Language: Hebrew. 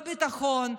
לא בביטחון,